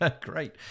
Great